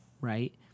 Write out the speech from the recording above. right